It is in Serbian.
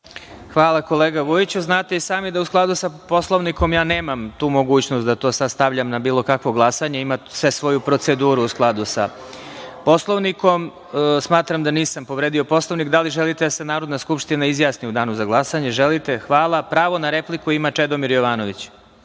Hvala, kolega Vujiću. Znate i sami da u skladu sa Poslovnikom ja nemam tu mogućnost da to sad stavljam na bilo kakvo glasanje. Ima sve svoju proceduru u skladu sa Poslovnikom. Smatram da nisam povredio Poslovnik. Da li želite da se Narodna skupština izjasni u danu za glasanje?(Vojislav Vujić: Da.)Želite. Hvala. Reč ima narodni poslanik Čedomir Jovanović.